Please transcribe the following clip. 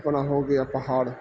اپنا ہو گیا پہاڑ